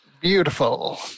Beautiful